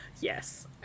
Yes